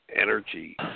energy